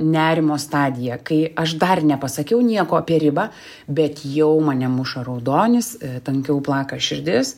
nerimo stadija kai aš dar nepasakiau nieko apie ribą bet jau mane muša raudonis tankiau plaka širdis